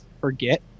forget